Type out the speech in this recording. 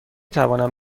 توانم